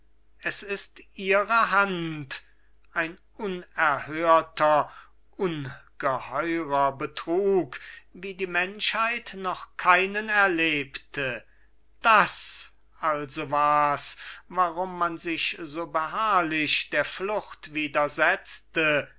bürgten es ist ihre hand ein unerhörter ungeheurer betrug wie die menschheit noch keinen erlebte das also war's warum man sich so beharrlich der flucht widersetzt